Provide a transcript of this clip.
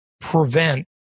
prevent